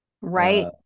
Right